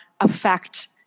affect